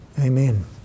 Amen